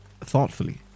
thoughtfully